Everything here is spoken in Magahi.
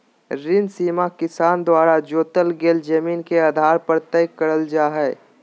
ऋण सीमा किसान द्वारा जोतल गेल जमीन के आधार पर तय करल जा हई